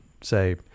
say